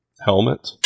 helmet